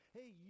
Hey